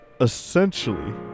essentially